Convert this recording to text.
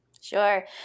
Sure